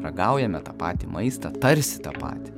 ragaujame tą patį maistą tarsi tą patį